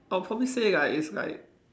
I'll probably say like it's like